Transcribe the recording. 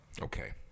okay